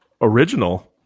original